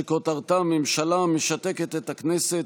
שכותרתה: הממשלה משתקת את הכנסת,